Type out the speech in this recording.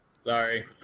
Sorry